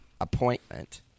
appointment